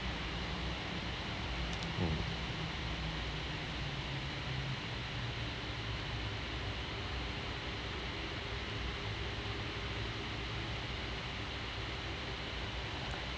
mm